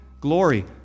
glory